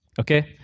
Okay